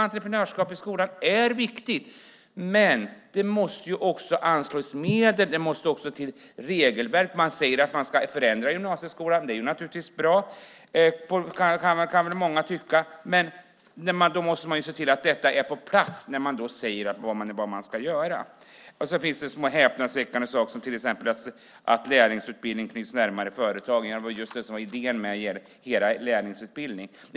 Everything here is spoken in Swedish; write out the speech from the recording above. Entreprenörskap i skolan är viktigt, men det måste också anslås medel. Det måste till regelverk. Man säger att man ska förändra gymnasieskolan; det är naturligtvis bra, kan väl många tycka. Men då måste man ju se till att detta är på plats när man säger vad man ska göra. Det finns också små häpnadsväckande saker som att lärlingsutbildning knyts närmare företagen. Ja, det var ju just det som var idén med hela er lärlingsutbildning.